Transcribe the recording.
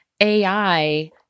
AI